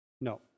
No